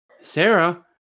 Sarah